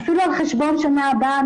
אפילו על חשבון שנה הבאה,